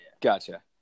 Gotcha